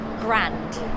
grand